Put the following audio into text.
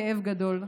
כאב גדול.